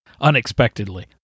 Unexpectedly